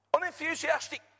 Unenthusiastic